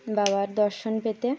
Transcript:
বাবার দর্শন পেতে